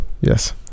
Yes